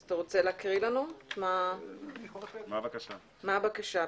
אז אתה רוצה להקריא לנו מה הבקשה בדיוק?